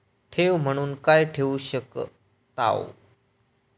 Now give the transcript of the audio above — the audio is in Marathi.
ठेव म्हणून काय ठेवू शकताव?